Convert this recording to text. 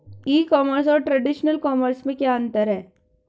ई commerce और traditional commerce में क्या अंतर है?